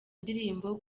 ndirimbo